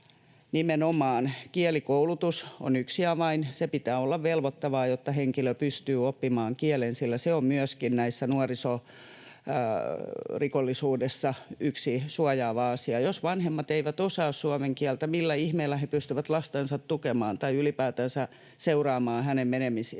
nimenomaan kielikoulutus on yksi avain. Sen pitää olla velvoittavaa, jotta henkilö pystyy oppimaan kielen, sillä se on myöskin nuorisorikollisuudessa yksi suojaava asia. Jos vanhemmat eivät osaa suomen kieltä, millä ihmeellä he pystyvät lastansa tukemaan tai ylipäätänsä seuraamaan hänen menemisiänsä,